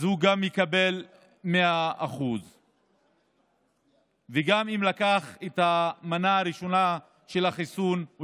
גם אז הוא יקבל 100%. גם אם הוא לקח את המנה הראשונה של חיסון הוא